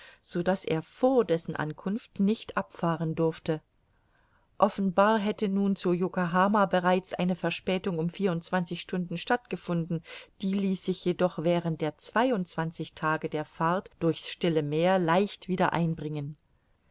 so daß er vor dessen ankunft nicht abfahren durfte offenbar hätte nun zu yokohama bereits eine verspätung um vierundzwanzig stunden stattgefunden die ließ sich jedoch während der zweiundzwanzig tage der fahrt durch's stille meer leicht wieder einbringen